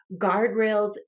guardrails